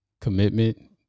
Commitment